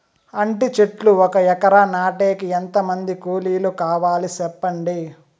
అంటి చెట్లు ఒక ఎకరా నాటేకి ఎంత మంది కూలీలు కావాలి? సెప్పండి?